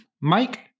Mike